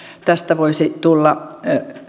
tästä voisi tulla